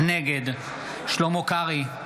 נגד שלמה קרעי,